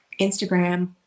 Instagram